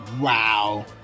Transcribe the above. Wow